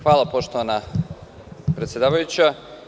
Hvala poštovana predsedavajuća.